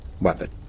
weapon